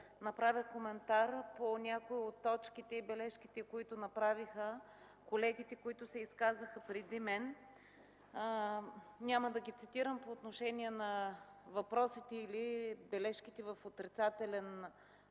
направя коментар по някои от точките и бележките, които направиха колегите, изказали се преди мен. Няма да ги цитирам по отношение на въпросите или бележките в отрицателна посока,